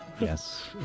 Yes